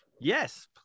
Yes